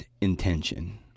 intention